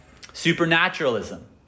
Supernaturalism